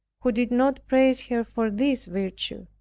who did not praise her for this virtue.